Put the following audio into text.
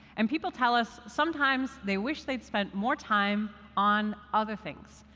and people tell us sometimes they wish they'd spent more time on other things.